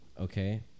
okay